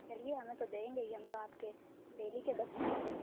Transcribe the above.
چلیے ہمیں تو دیں گے ہی ہم تو آپ کے ڈیلی کے کسٹمر ہیں